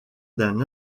d’un